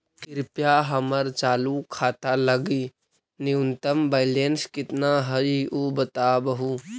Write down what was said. कृपया हमर चालू खाता लगी न्यूनतम बैलेंस कितना हई ऊ बतावहुं